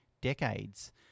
decades